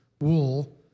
wool